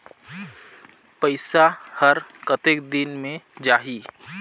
पइसा हर कतेक दिन मे जाही?